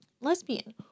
lesbian